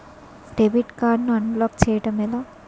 Debit card ను unblock block చేయటం ఎలా?